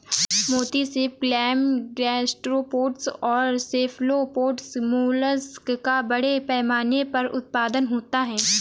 मोती सीप, clam, gastropods और सेफलोपोड्स मोलस्क का बड़े पैमाने पर उत्पादन होता है